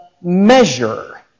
measure